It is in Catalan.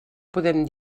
podem